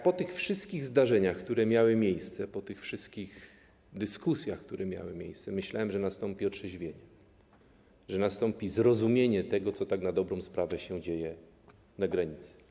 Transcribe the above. Po tych wszystkich zdarzeniach, które miały miejsce, po tych wszystkich dyskusjach, które miały miejsce, myślałem, że nastąpi otrzeźwienie, że nastąpi zrozumienie tego, co tak na dobrą sprawę dzieje się na granicy.